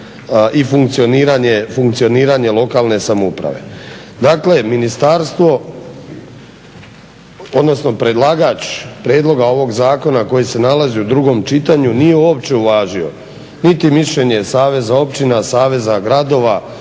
i funkcioniranje lokalne samouprave. Dakle, ministarstvo odnosno predlagač prijedloga ovog zakona koji se nalazi u drugom čitanju nije uopće uvažio niti mišljenje Saveza općina, Saveza gradova,